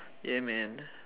ya man